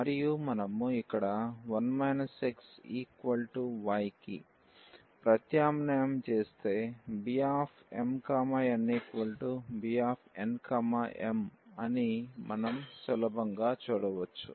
మరియు మనము ఇక్కడ 1 xy కు ప్రత్యామ్నాయం చేస్తే BmnBnm అని మనం సులభంగా చూడవచ్చు